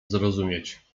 zrozumieć